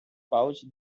pouch